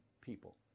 people